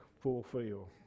fulfill